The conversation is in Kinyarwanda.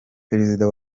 perezida